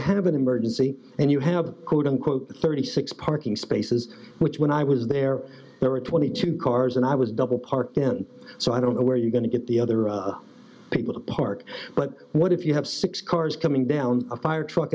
have an emergency and you have a quote unquote thirty six parking spaces which when i was there there were twenty two cars and i was double parked in so i don't know where you're going to get the other people to park but what if you have six cars coming down a fire truck